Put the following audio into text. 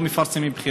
ולא מפרסמים בחינות.